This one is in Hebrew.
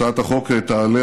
הצעת החוק תעלה,